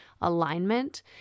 alignment